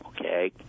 okay